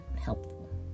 helpful